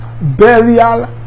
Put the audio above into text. Burial